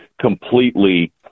completely